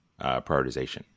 prioritization